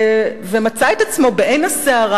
ומצא את עצמו בעין הסערה,